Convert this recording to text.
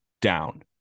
down